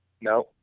no